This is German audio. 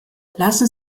lassen